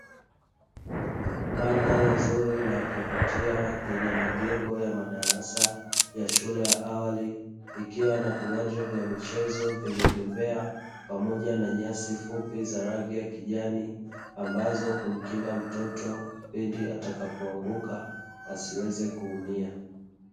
Mandhari nzuri na ya kuvutia yenye majengo ya madarasa ya shule ya awali, ikiwa na viwanja vya michezo vyenye bembea pamoja na nyasi fupi za rangi ya kijani; ambazo humkinga mtoto pindi atakapoanguka asiweze kuumia.